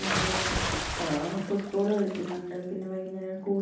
പിന്നേ ഫുട്ബോള് കളിക്കുന്നുണ്ട് പിന്നെ വൈകുന്നേരങ്ങളിൽ കൂടു